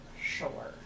sure